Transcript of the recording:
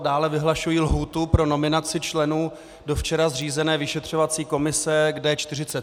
Dále vyhlašuji lhůtu pro nominaci členů včera zřízené vyšetřovací komise k D47.